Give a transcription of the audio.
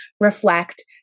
reflect